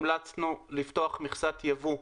המלצנו לפתוח מכסת ייבוא.